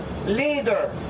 leader